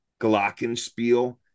Glockenspiel